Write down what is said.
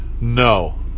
No